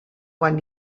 quan